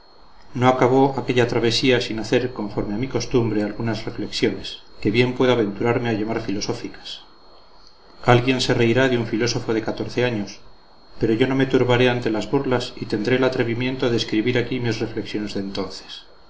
no acabó aquella travesía sin hacer conforme a mi costumbre algunas reflexiones que bien puedo aventurarme a llamar filosóficas alguien se reirá de un filósofo de catorce años pero yo no me turbaré ante las burlas y tendré el atrevimiento de escribir aquí mis reflexiones de entonces